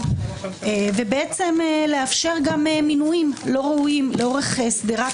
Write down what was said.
ובעצם לאפשר גם מינויים לא ראויים לאורך שדרת